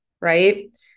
right